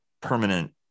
permanent